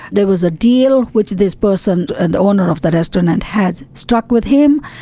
there was a deal which this person and the owner of the restaurant has struck with him,